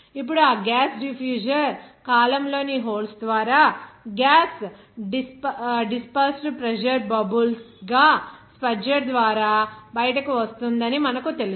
ఇప్పుడు ఆ gas diffuser కాలమ్లోని హోల్స్ ద్వారా గ్యాస్ డిస్పెర్స్డ్ ప్రెజర్ బబుల్స్ గా ఆ స్పడ్జర్ ద్వారా బయటకు వస్తుందని మనకు తెలుసు